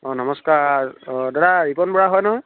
অঁ নমস্কাৰ অঁ দাদা ৰিপন বৰা হয় নহয়